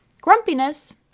Grumpiness